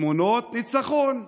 תמונות ניצחון.